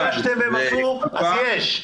במשך חודשים ביקשתם והם עשו, אז יש.